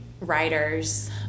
writers